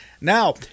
Now